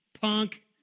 punk